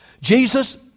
Jesus